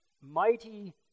mighty